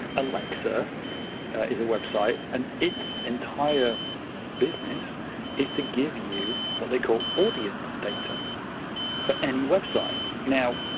alexa is a website, and its entire business is to give you what they call audience data for any website. now,